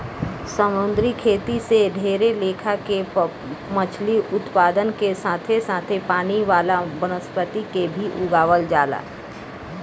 समुंद्री खेती से ढेरे लेखा के मछली उत्पादन के साथे साथे पानी वाला वनस्पति के भी उगावल जाला